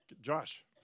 Josh